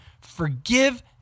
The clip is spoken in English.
forgive